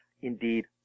indeed